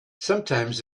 sometimes